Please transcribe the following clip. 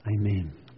Amen